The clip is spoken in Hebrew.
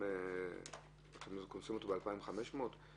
אתם קונסים ב-2,500?